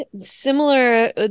similar